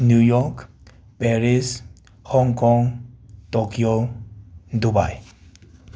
new York Paris Hong Kong Tokyo Dubai